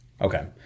Okay